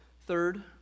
Third